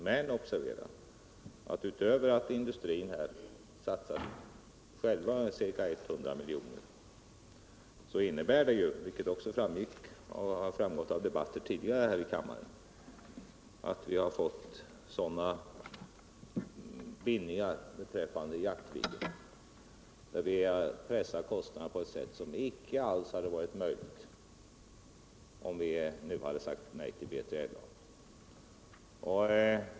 Men observera att utöver att industrin själv satsar 100 miljoner, så innebär det — vilket också har framgått av debatter tidigare här i kammaren — att vi har fått vissa bindningar beträffande Jaktviggen, där vi har pressat kostnaderna på ett sätt som icke alls hade varit möjligt om: vi nu sagt nej till BILA.